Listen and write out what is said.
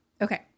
okay